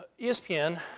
ESPN